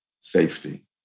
safety